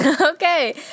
Okay